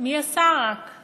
מי השר, רק?